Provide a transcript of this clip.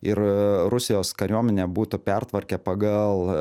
ir rusijos kariuomenę būtų pertvarkę pagal